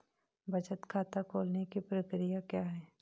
बचत खाता खोलने की प्रक्रिया क्या है?